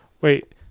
wait